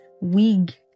wig